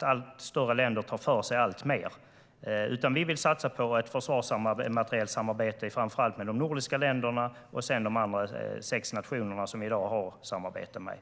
tar för sig allt mer. Vi vill i stället satsa på ett försvarsmaterielsamarbete framför allt med de nordiska länderna och sedan de andra sex nationerna som vi i dag har samarbete med.